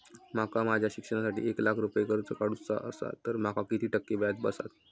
माका माझ्या शिक्षणासाठी एक लाख रुपये कर्ज काढू चा असा तर माका किती टक्के व्याज बसात?